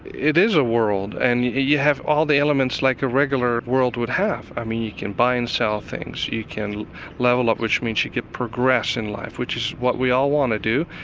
it is a world and you have all the elements like a regular world would have. ah you can buy and sell things, you can level up which means you can progress in life, which is what we all want to do.